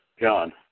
John